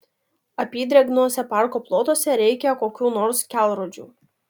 apydrėgniuose parko plotuose reikia kokių nors kelrodžių